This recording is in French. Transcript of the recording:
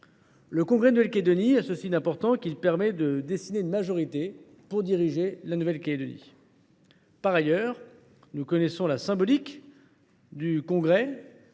du congrès de Nouvelle Calédonie. Celui ci est important en ce qu’il donne une majorité pour diriger la Nouvelle Calédonie. Par ailleurs, nous connaissons la symbolique du congrès,